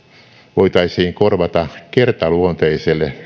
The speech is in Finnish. voitaisiin korvata kertaluonteisella